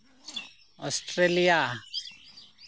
Australia